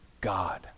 God